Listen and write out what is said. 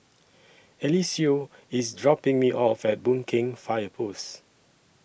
Eliseo IS dropping Me off At Boon Keng Fire Post